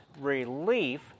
relief